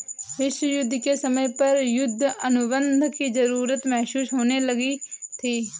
विश्व युद्ध के समय पर युद्ध अनुबंध की जरूरत महसूस होने लगी थी